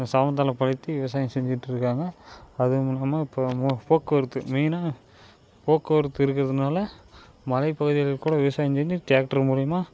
சமதளபடுத்தி விவசாயம் செஞ்சிட்டுருக்காங்க அதுவும் இல்லாமல் இப்போ போக்குவரத்து மெயினாக போக்குவரத்து இருக்கிறதுனால மலைப் பகுதிகளுக்கு கூட விவசாயம் செஞ்சு டிராக்ட்ரு மூலிமா